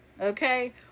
Okay